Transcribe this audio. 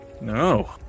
No